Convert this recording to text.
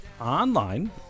online